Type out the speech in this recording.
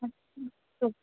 अस्तु अस्तु